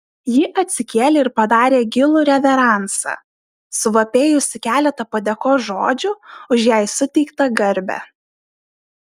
ji atsikėlė ir padarė gilų reveransą suvapėjusi keletą padėkos žodžių už jai suteiktą garbę